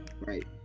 right